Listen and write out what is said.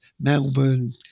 Melbourne